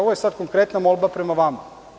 Ovo je sad konkretna molba prema vama.